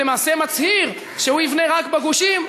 מצהיר שהוא יבנה רק בגושים,